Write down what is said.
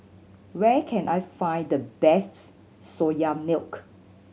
where can I find the best Soya Milk